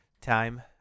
time